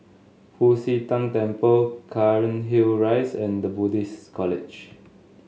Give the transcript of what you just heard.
Fu Xi Tang Temple Cairnhill Rise and The Buddhist College